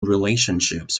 relationships